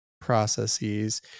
processes